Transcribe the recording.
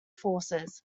forces